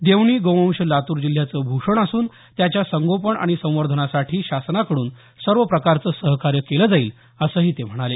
देवणी गोवंश लातूर जिल्ह्याचं भूषण असून त्याच्या संगोपन आणि संवर्धनासाठी शासनाकडून सर्व प्रकारचं सहकार्य केलं जाईल असंही ते म्हणाले